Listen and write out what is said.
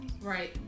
right